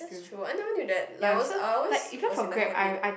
true I never knew that like I was I was always was in the habit